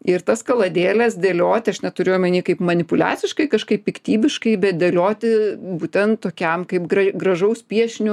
ir tas kaladėles dėlioti aš neturiu omeny kaip manipuliaciškai kažkaip piktybiškai bet dėlioti būtent tokiam kaip grai gražaus piešinio